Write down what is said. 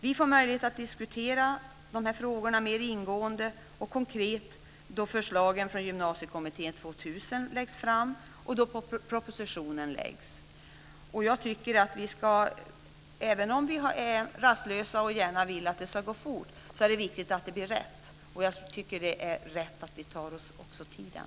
Vi får möjlighet att diskutera dessa frågor mer ingående och konkret då förslagen från Gymnasiekommittén 2000 läggs fram och då propositionen läggs fram. Även om vi är rastlösa och gärna vill att detta ska gå fort är det viktigt att det blir rätt. Det är rätt att vi tar oss tiden.